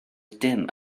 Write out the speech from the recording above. dim